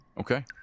Okay